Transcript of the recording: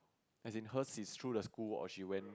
as in hers is through the school or she went